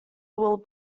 will